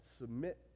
submit